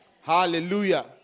hallelujah